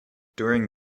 during